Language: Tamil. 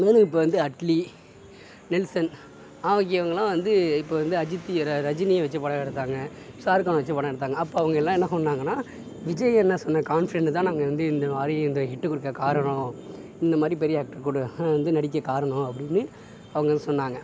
மேலும் இப்போ வந்த அட்லி நெல்சன் ஆகியவங்கலாம் வந்து இப்போ வந்து அஜித் அ ரஜினியை வச்சு படம் எடுத்தாங்கள் ஷாருக்கான வச்சு படம் எடுத்தாங்கள் அப்போ அவங்கலாம் என்ன சொன்னாங்கன்னால் விஜய் அண்ணன் சொன்ன கான்ஃபிடன்ட்டு தான் நாங்கள் வந்து இந்த மாதிரி இந்த ஹிட்டு கொடுக்க காரணம் இந்த மாதிரி பெரிய ஆக்டர் கூட நடிக்க காரணம் அப்படின்னு அவங்க சொன்னாங்கள்